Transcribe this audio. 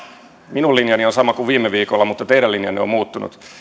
minun linjani on sama kuin viime viikolla mutta teidän linjanne on muuttunut